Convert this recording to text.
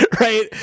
right